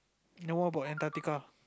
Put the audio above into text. then what about Antarctica